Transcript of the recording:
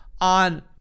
on